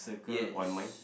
yes